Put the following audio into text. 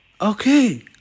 Okay